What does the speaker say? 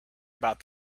about